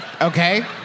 Okay